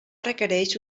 requereix